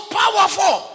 powerful